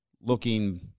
looking